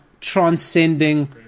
transcending